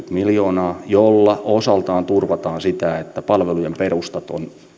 miljoonaa millä osaltaan turvataan sitä että palvelujen perustalle